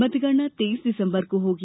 मतगणना तेइस दिसम्बर को होगी